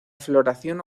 floración